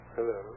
Hello